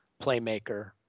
playmaker